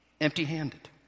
empty-handed